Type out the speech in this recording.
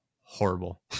horrible